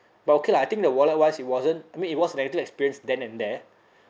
but okay lah I think the wallet wise it wasn't I mean it was negative experience then and there